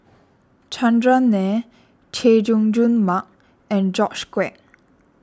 Chandran Nair Chay Jung Jun Mark and George Quek